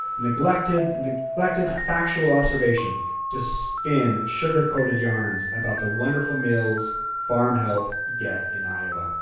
neglected neglected factual observation to spin sugarcoated yarns about the wonderful meals farm help get in iowa.